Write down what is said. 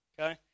okay